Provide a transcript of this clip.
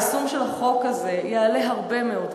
היישום של החוק הזה יעלה הרבה מאוד כסף,